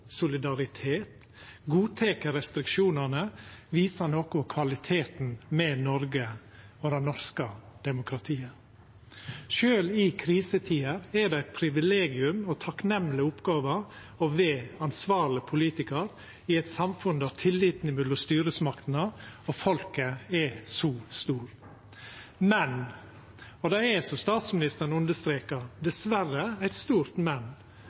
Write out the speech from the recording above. solidaritet og godteke restriksjonane, viser noko av kvaliteten med Noreg og det norske demokratiet. Sjølv i krisetider er det eit privilegium og ei takknemleg oppgåve å vera ansvarleg politikar i eit samfunn der tilliten mellom styresmaktene og folket er så stor. Men – og det er, som statsministeren understrekar, dessverre eit stort